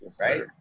right